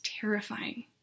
terrifying